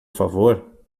favor